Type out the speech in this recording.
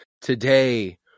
today